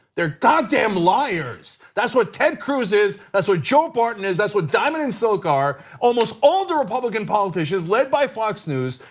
they are um liars. that's what ted cruz is, that's what joe barton is, that's what diamond and silk are, almost all the republican politicians, led by fox news,